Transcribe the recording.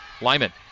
Lyman